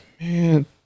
man